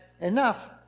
enough